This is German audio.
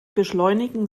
beschleunigen